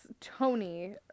Tony